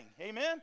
Amen